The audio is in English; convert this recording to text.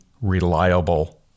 reliable